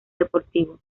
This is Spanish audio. deportivo